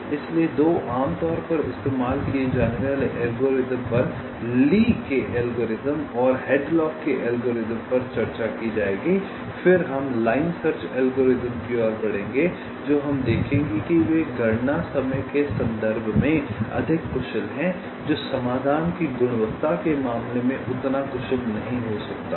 इसलिए 2 आमतौर पर इस्तेमाल किए जाने वाले एल्गोरिदम पर ली के एल्गोरिथ्म और हैडलॉक के एल्गोरिदम पर चर्चा की जाएगी फिर हम लाइन सर्च एल्गोरिथ्म की ओर बढ़ेंगे जो हम देखेंगे कि वे गणना समय के संदर्भ में अधिक कुशल हैं जो समाधान की गुणवत्ता के मामले में उतना कुशल नहीं हो सकता है